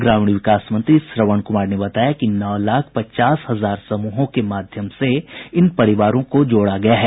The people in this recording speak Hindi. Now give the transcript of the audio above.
ग्रामीण विकास मंत्री श्रवण कुमार ने बताया कि नौ लाख पचास हजार समूहों के माध्यम से इन परिवारों को जोड़ा गया है